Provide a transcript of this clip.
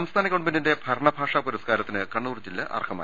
സംസ്ഥാന ഗവൺമെന്റിന്റെ ഭരണഭാഷാ പുരസ്ക്കാരത്തിന് കണ്ണൂർ ജില്ല അർഹമായി